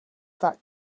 that